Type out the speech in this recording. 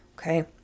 Okay